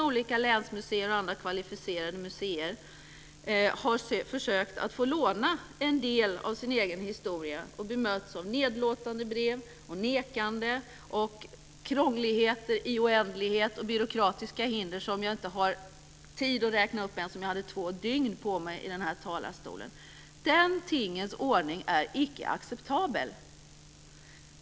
Olika länsmuseer och andra kvalificerade museer har försökt att få låna en del av sin egen historia och har då bemötts av nedlåtande brev, nekanden, krångligheter i oändlighet och byråkratiska hinder som jag inte hade haft tid att räkna upp ens om jag hade två dygn på mig här i talarstolen. Denna tingens ordning är icke acceptabel!